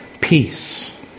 peace